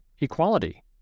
equality